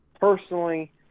Personally